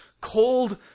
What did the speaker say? cold